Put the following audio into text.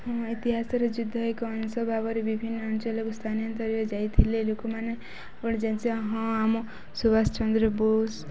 ହଁ ଇତିହାସରେ ଯୁଦ୍ଧ ଏକ ଅଂଶ ଭାବରେ ବିଭିନ୍ନ ଅଞ୍ଚଳକୁ ଯାଇଥିଲେ ଲୋକମାନେ ହଁ ଆମ ସୁବାଷ ଚନ୍ଦ୍ର ବୋଷ